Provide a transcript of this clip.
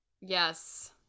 Yes